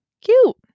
Cute